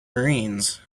marines